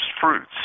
fruits